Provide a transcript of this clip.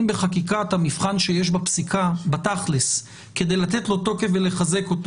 בחקיקה את המבחן שיש בפסיקה כדי לתת לו תוקף ולחזק אותו